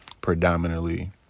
predominantly